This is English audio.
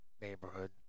neighborhood